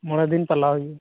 ᱢᱚᱬᱮ ᱫᱤᱱ ᱯᱟᱞᱟᱣ ᱦᱩᱭᱩᱜᱼᱟ